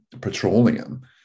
petroleum